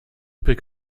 pick